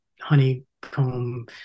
honeycomb